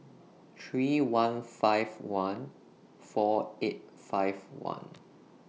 three one five one four eight five one